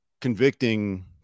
convicting